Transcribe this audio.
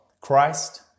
Christ